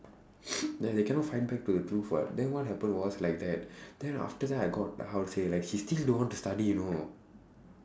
ya they cannot find back to the truth [what] then what happen was like that then after that I got how to say like she still don't want to study you know